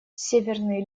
северный